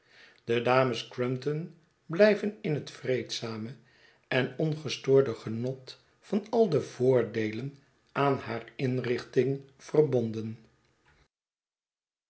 de dames crumpton blijven in het vreedzame en ongestoorde genot van al de voordeelen aan haar inrichting verbonden